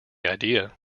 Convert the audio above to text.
idea